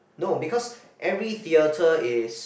no because every theater is